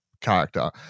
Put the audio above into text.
character